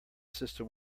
system